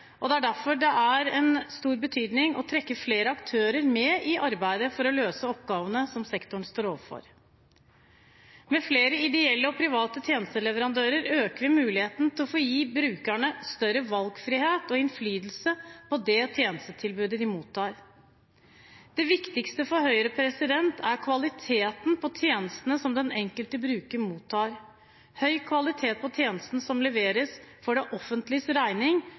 og det er derfor det er av stor betydning å trekke flere aktører med i arbeidet for å løse oppgavene som sektoren står overfor. Med flere ideelle og private tjenesteleverandører øker vi muligheten til å gi brukerne større valgfrihet og innflytelse på det tjenestetilbudet de mottar. Det viktigste for Høyre er kvaliteten på tjenestene som den enkelte bruker mottar. Høy kvalitet på tjenestene som leveres for det offentliges regning,